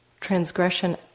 transgression